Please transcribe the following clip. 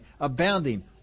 Abounding